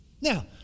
Now